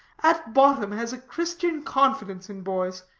at bottom has a christian confidence in boys.